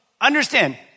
understand